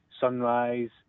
sunrise